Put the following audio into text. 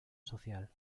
social